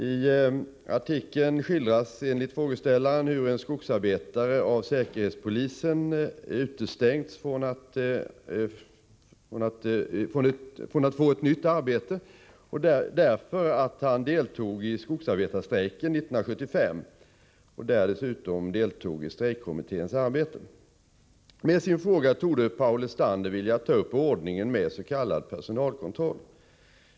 I artikeln skildras enligt frågeställaren hur en skogsarbetare av säkerhetspolisen utestängts från att få ett nytt arbete därför att han deltog i skogsarbetarstrejken 1975 och där dessutom deltog i strejkkommitténs arbete. Med sin fråga torde Paul Lestander vilja ta upp ordningen med s.k. personalkontroll.